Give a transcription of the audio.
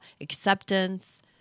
acceptance